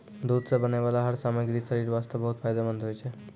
दूध सॅ बनै वाला हर सामग्री शरीर वास्तॅ बहुत फायदेमंंद होय छै